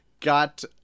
got